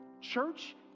church